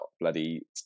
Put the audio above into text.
bloody